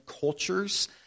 cultures